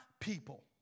people